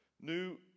new